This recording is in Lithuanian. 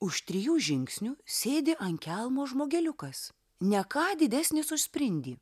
už trijų žingsnių sėdi ant kelmo žmogeliukas ne ką didesnis už sprindį